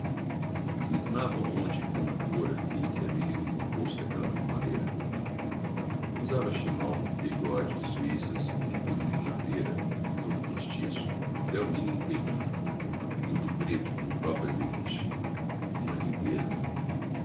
scismavam onde e como fôra que elle se haveria decomposto d'aquella maneira usava chinó bigode suissas e inclusivé uma pêra tudo postiço até o minimo pellinho e tudo preto como o proprio azeviche uma lindeza